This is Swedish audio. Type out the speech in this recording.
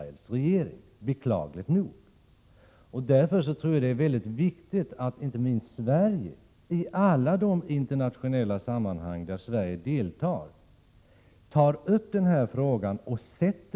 Därom råder inget tvivel. Men jag har svårt att förstå hur Israel skall få en bättre garanti för och uppslutning kring detta så länge man handlar på detta sätt och bedriver en ockupationspolitik. Jag hoppas att utrikesministern och andra representanter för Sverige i alla sammanhang tar upp detta och fördömer Israels regerings handlande.